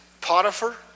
Potiphar